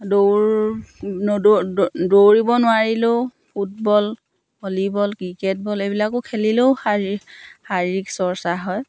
দৌৰ দৌৰিব নোৱাৰিলেও ফুটবল ভলীবল ক্ৰিকেট বল এইবিলাকো খেলিলেও শাৰী শাৰীৰিক চৰ্চা হয়